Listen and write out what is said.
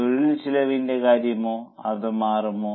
തൊഴിൽ ചെലവിന്റെ കാര്യമോ അത് മാറുമോ